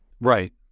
Right